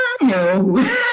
No